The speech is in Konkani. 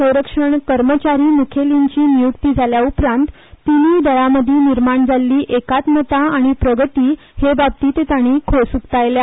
संरक्षण कर्मचारी मुखेलीची नियक्ती जाले उपरांत तिनूय दळां मदीं निर्माण जाल्ली एकात्मता आनी प्रगती हे बाबतींत तांणी खोस उक्तायल्या